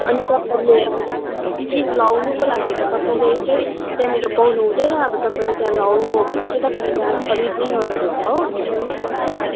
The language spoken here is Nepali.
अनि तपाईँले अब कि लाउनुको लागि त तपाईँले चाहिँ त्यहाँनिर पाउनुहुँदैन अब तपाईँले त्यहाँ लाउनु हो भने चाहिँ तपाईँले त्यहाँ खरिद नै गर्नुपर्छ हो किन्नु नै पर्छ